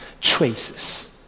traces